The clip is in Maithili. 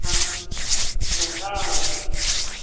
हॅं